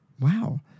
Wow